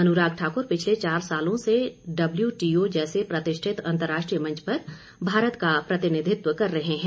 अनुराग ठाकुर पिछले चार सालों से डब्ल्यूटीओ जैसे प्रतिष्ठित अंतर्राष्ट्रीय मंच पर भारत का प्रतिनिधित्व कर रहे हैं